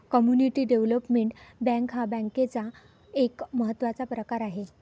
community development bank हा बँकेचा एक महत्त्वाचा प्रकार आहे